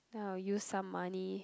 then I'll use some money